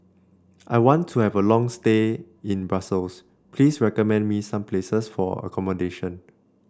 I want to have a long stay in Brussels Please recommend me some places for accommodation